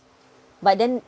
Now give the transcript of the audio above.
but then